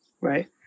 right